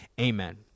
Amen